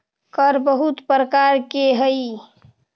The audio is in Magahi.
कर बहुत प्रकार के हई